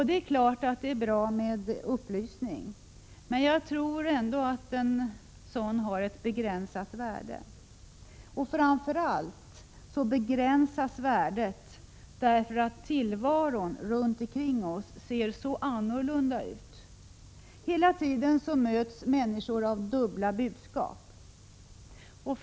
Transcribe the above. Det är klart att det är bra med upplysning, men jag tror ändå att en sådan har ett begränsat värde. Framför allt begränsas värdet därför att tillvaron runt omkring oss ser så annorlunda ut. Hela tiden möts människor av dubbla budskap.